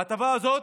ההטבה הזאת,